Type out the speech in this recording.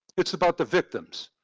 it's about the victims,